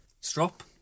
strop